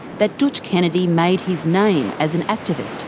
that dootch kennedy made his name as an activist,